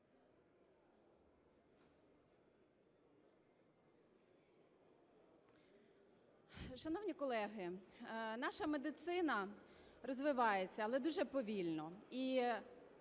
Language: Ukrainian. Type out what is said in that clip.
Шановні колеги, наша медицина розвивається, але дуже повільно.